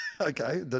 Okay